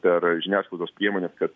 per žiniasklaidos priemones kad